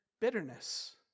bitterness